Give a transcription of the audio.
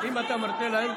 אם אתה מרשה להם,